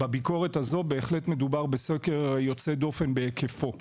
בביקורת הזו בהחלט מדובר בסקר יוצא דופן בהיקפו.